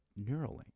Neuralink